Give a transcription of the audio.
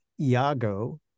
Iago